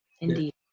indeed